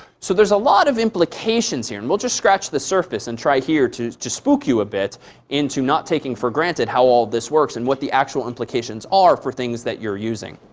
so there's a lot of implications here. and we'll just scratch the surface, and try here to spook you a bit into not taking for granted how all of this works and what the actual implications are for things that you're using.